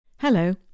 Hello